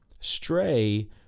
Stray